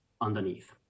underneath